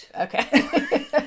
Okay